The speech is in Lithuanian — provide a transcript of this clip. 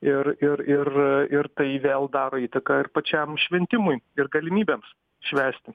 ir ir ir ir tai vėl daro įtaką ir pačiam šventimui ir galimybėms švęsti